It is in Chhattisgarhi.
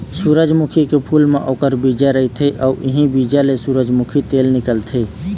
सूरजमुखी के फूल म ओखर बीजा रहिथे अउ इहीं बीजा ले सूरजमूखी तेल निकलथे